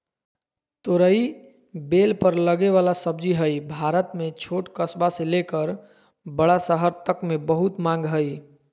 तोरई बेल पर लगे वला सब्जी हई, भारत में छोट कस्बा से लेकर बड़ा शहर तक मे बहुत मांग हई